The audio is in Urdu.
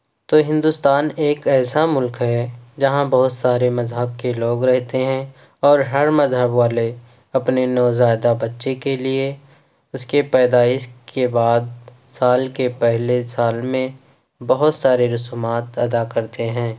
تو ہندوستان ایک ایسا ملک ہے جہاں بہت سارے مذہب کے لوگ رہتے ہیں اور ہر مذہب والے اپنے نو زائیدہ بچّے کے لیے اس کی پیدائش کے بعد سال کے پہلے سال میں بہت سارے رسومات ادا کرتے ہیں